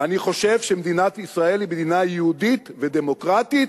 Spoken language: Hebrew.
אני חושב שמדינת ישראל היא מדינה יהודית ודמוקרטית,